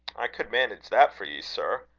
i could manage that for ye, sir.